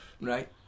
Right